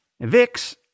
VIX